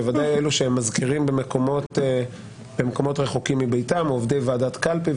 בוודאי אלה שהם מזכירים במקומות רחוקים מביתם או עובדי ועדת קלפי,